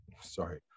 sorry